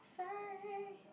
sorry